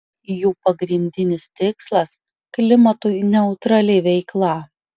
jų pagrindinis tikslas klimatui neutrali veikla